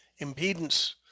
impedance